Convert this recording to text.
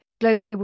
global